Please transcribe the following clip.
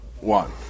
one